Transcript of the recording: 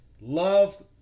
love